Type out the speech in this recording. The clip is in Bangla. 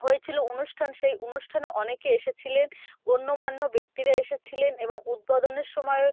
হয়েছিলো অনুষ্ঠান সেই অনুষ্ঠানে অনেকে এসেছিলেন গণ্যমান্য ব্যক্তিরা এসেছিলেন এবং উদ্বোধনের সময়েও